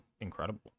incredible